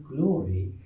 glory